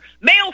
male